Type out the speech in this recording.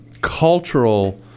cultural –